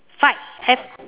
fight F